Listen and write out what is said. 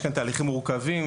יש כאן תהליכים מורכבים,